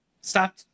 Stop